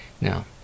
Now